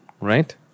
right